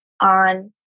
on